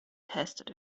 tested